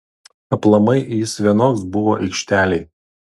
aplamai jis vienoks buvo aikštelėj